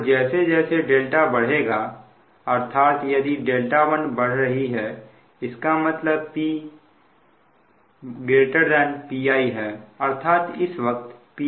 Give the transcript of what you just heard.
और जैसे जैसे δ बढ़ेगा अर्थात यदि δ1 बढ़ रही है इसका मतलब P Pi है अर्थात इस वक्त Pe Pi है